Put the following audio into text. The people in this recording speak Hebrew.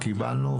קיבלנו,